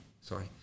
Sorry